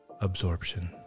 absorption